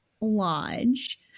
Lodge